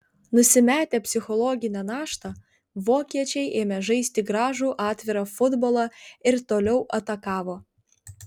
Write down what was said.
nusimetę psichologinę naštą vokiečiai ėmė žaisti gražų atvirą futbolą ir toliau atakavo